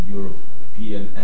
European